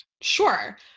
Sure